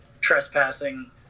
trespassing